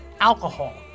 alcohol